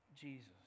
Jesus